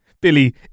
Billy